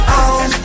on